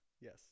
Yes